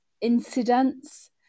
incidents